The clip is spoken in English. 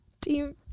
Team